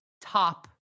top